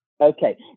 Okay